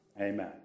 Amen